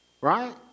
right